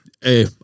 Hey